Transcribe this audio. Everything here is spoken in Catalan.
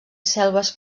selves